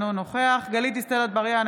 אינו נוכח גלית דיסטל אטבריאן,